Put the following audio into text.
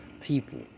people